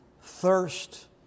thirst